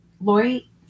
Lori